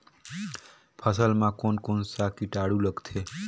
फसल मा कोन कोन सा कीटाणु लगथे?